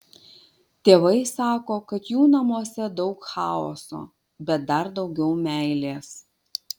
tėvai sako kad jų namuose daug chaoso bet dar daugiau meilės